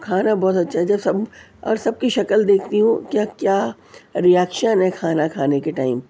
کھانا بہت اچھا جب سب اور سب کی شکل دیکھتی ہوں کہ کیا رئیکشن ہے کھانا کھانے کے ٹائم